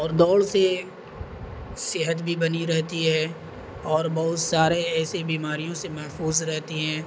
اور دوڑ سے صحت بھی بنی رہتی ہے اور بہت سارے ایسے بیماریوں سے محفوظ رہتی ہیں